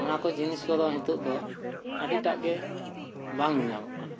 ᱚᱱᱟ ᱠᱚ ᱡᱤᱱᱤᱥ ᱠᱚᱫᱚ ᱱᱤᱛᱚᱜ ᱫᱚ ᱟᱹᱰᱤ ᱴᱟᱜ ᱜᱮ ᱵᱟᱝ ᱧᱮᱧᱟᱢᱚᱜ ᱠᱟᱱᱟ